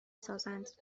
سازند